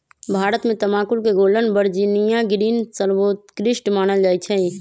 भारत में तमाकुल के गोल्डन वर्जिनियां ग्रीन सर्वोत्कृष्ट मानल जाइ छइ